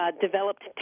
developed